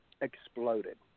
exploded